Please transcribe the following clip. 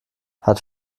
hat